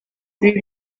ibi